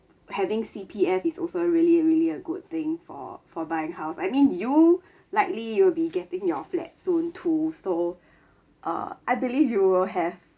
having C_P_F is also really really a good thing for for buying house I mean you likely you'll be getting your flat soon too so err I believe you will have